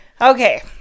Okay